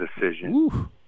decision